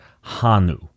Hanu